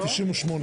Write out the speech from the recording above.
החוקים עצמם.